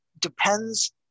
depends